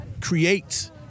create